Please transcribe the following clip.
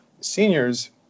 seniors